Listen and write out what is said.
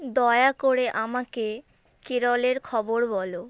দয়া করে আমাকে কেরলের খবর বলো